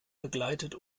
begleitet